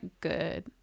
good